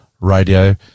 radio